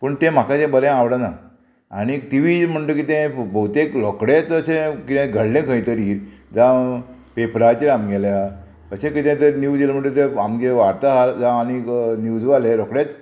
पूण तें म्हाका तें बरें आवडना आनीक टी वी म्हणटकी तें भोवतेक रोखडेंच अशें कितें घडलें खंय तरी जावं पेपराचेर आमगेल्या अशें कितें तर न्यूज येयला म्हणटगीर तें आमगे वार्ताहार जावं आनीक न्यूज वा रोकडेच